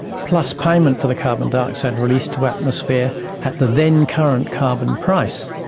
plus payment for the carbon dioxide released to atmosphere at the then current carbon price.